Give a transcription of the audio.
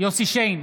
יוסף שיין,